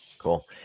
Cool